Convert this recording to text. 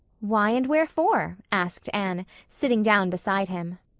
why and wherefore? asked anne, sitting down beside him.